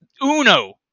uno